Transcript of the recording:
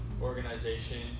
organization